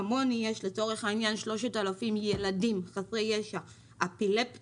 כמוני יש לצורך העניין 3.000 ילדים חסרי ישע אפילפסים,